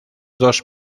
dos